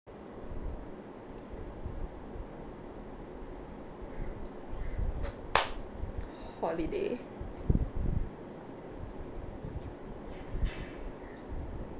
holiday